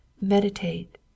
meditate